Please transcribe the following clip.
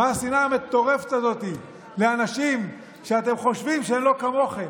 מה השנאה המטורפת הזאת לאנשים שאתם חושבים שהם לא כמוכם?